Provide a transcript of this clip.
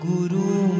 Guru